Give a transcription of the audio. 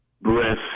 Breath